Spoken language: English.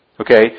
Okay